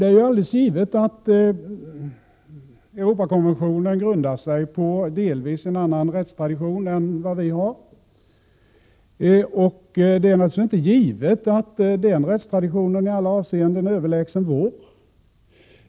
Det är ju alldeles givet att Europakonventionen delvis grundar sig på en annan rättstradition än den vi har. Det är naturligtvis inte givet att den rättstraditionen i alla avseenden är överlägsen vår.